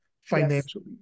financially